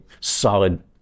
solid